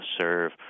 serve